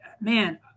man